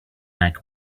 like